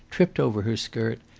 tripped over her skirt,